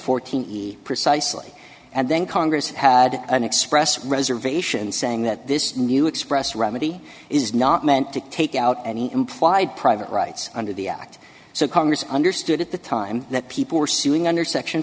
fourteen precisely and then congress had an express reservation saying that this new express remedy is not meant to take out any implied private rights under the act so congress understood at the time that people were suing under section